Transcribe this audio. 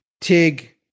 TIG